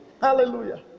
hallelujah